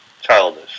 childish